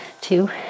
two